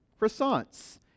croissants